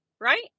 right